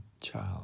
child